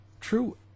true